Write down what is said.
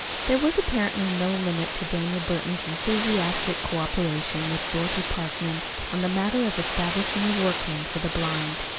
there was apparently no limit to daniel burton's enthusiastic cooperation with dorothy parkman on the matter of establishing a workroom for the blind.